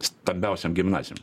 stambiausiom gimnazijom